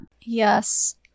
yes